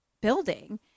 building